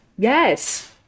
yes